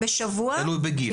תלוי בגיל.